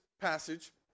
passage